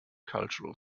cultural